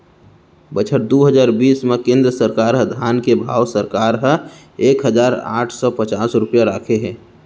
बछर दू हजार बीस म केंद्र सरकार ह धान के भाव सरकार ह एक हजार आठ सव पचास रूपिया राखे हे